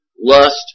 lust